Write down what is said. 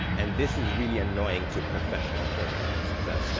and this is really annoying to professional programmers, because that's, like,